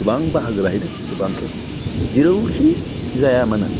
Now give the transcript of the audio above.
गोबां बाहागो लाहैदों गोबां खेब जेरावखि जाया मानो